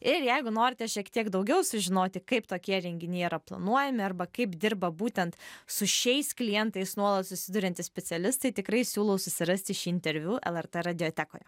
ir jeigu norite šiek tiek daugiau sužinoti kaip tokie renginiai yra planuojami arba kaip dirba būtent su šiais klientais nuolat susiduriantys specialistai tikrai siūlau susirasti šį interviu lrt radiotekoje